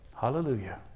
Hallelujah